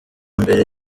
mbere